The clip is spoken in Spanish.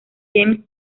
james